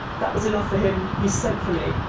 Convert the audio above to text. that was enough for him, he sent for me.